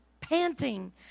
panting